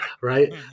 right